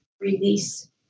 release